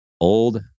old